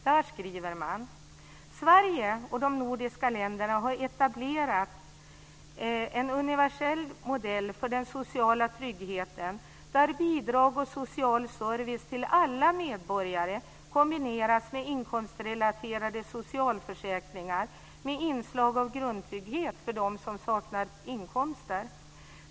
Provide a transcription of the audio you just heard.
Man skriver där: "Sverige och de nordiska länderna har etablerat en universell modell för den social tryggheten där bidrag och social service till alla medborgare kombineras med inkomstrelaterade socialförsäkringar med inslag av grundtrygghet för de som saknar inkomster.